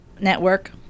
Network